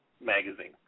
magazine